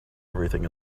everything